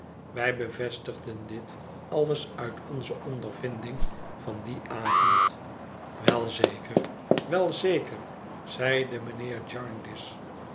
wij bevestigden dit alles uit onze ondervinding van dien avond wel zeker wel zeker zeide mijnheer